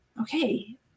okay